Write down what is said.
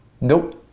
nope